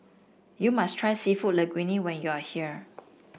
you must try seafood Linguine when you are here